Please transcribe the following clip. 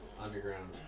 underground